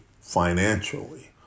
financially